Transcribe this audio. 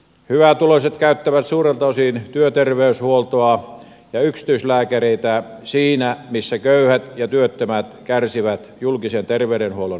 hyvätuloiset käyttävät suurelta osin työterveyshuoltoa ja yksityislääkäreitä siinä missä köyhät ja työttömät kärsivät julkisen terveydenhuollon ongelmista